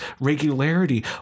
regularity